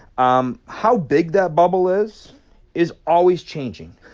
um how big that bubble is is always changing.